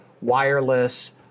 wireless